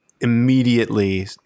immediately